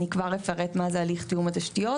אני כבר אפרט מה זה הליך תיאום התשתיות.